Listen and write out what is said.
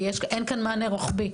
כי אין כאן מענה רוחבי.